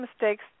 mistakes